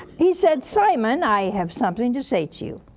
he said simon, i have something to say to you.